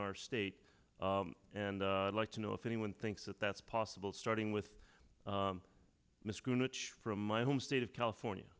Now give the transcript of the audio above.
our state and i'd like to know if anyone thinks that that's possible starting with from my home state of california